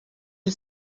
est